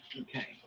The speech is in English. Okay